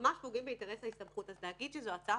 ממש פוגעים באינטרס ההסתמכות, אז להגיד שזאת הצעה